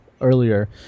earlier